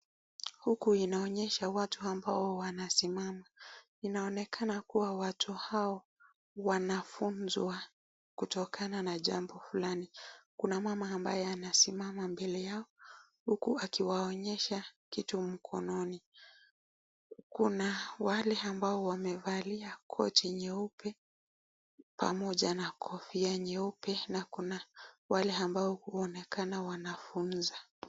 Huku inaonyesha watu ambao wanasimama. Inaonekana kuwa watu hao wanafunzwa kutokana na jambo fulani. Kuna mama ambaye anasimama mbele yao huku akiwaonyesha kitu mkononi. Kuna wale ambao wamevalia koti nyeupe pamoja na kofia nyeupe na kuna wale ambao huonekana wanafunza.